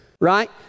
right